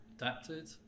Adapted